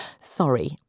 Sorry